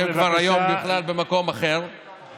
שהם כבר היום בכלל במקום אחר,